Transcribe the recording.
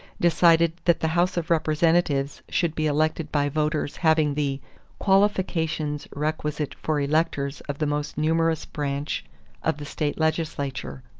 decided that the house of representatives should be elected by voters having the qualifications requisite for electors of the most numerous branch of the state legislature.